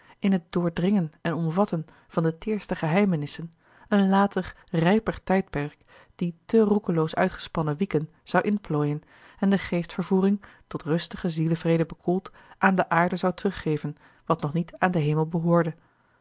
in het doordringen en omvatten van de teêrste geheimenissen een later rijper tijdperk die te roekeloos uitgespannen wieken zou inplooien en de geestvervoering tot rustigen zielevrede bekoeld aan de aarde zou teruggeven wat nog niet aan den hemel behoorde